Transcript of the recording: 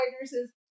nurses